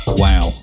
wow